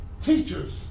teachers